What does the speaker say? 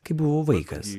kai buvau vaikas